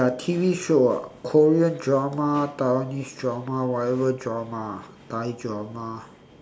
ya T_V show ah korean drama taiwanese drama whatever drama ah thai drama